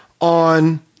on